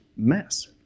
Mess